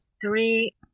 three